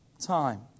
time